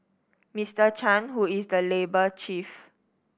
Mister Chan who is the labour chief